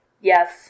Yes